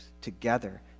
together